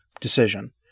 decision